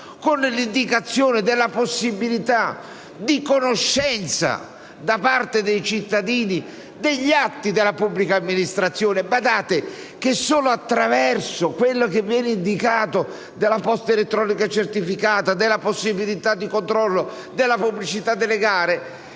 sia della possibilità di conoscenza da parte dei cittadini degli atti della pubblica amministrazione. Badate che solo attraverso quello che viene indicato con riguardo alla posta elettronica certificata, alla possibilità di controllo, alla pubblicità delle gare,